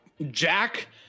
Jack